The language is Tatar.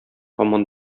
һаман